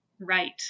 right